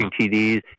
TDs